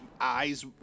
eyes